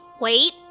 wait